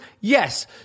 Yes